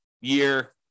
year